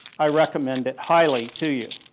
i recommend it highly to you.